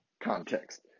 context